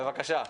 בבקשה.